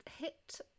hit